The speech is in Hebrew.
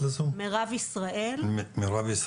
טובה.